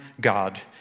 God